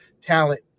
Talent